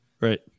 Right